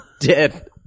dead